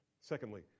Secondly